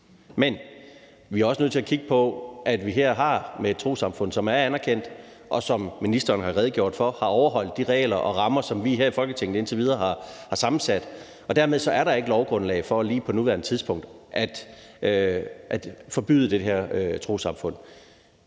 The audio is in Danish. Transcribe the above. Men vi er også nødt til kigge på, at vi her har et trossamfund, som er anerkendt og, som ministeren har redegjort for, har overholdt de regler og rammer, som vi her i Folketinget indtil videre har sammensat. Dermed er der ikke et lovgrundlag for lige på nuværende tidspunkt at forbyde det her trossamfund.